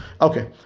Okay